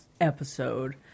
episode